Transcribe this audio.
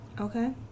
Okay